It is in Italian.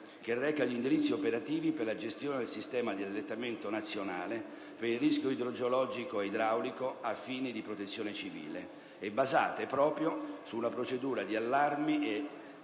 che reca gli indirizzi operativi per la gestione del sistema di allertamento nazionale per il rischio idrogeologico e idraulico a fini di protezione civile, e basate proprio su una procedura di allarmi e